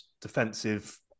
defensive